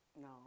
No